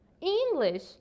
English